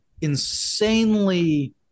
insanely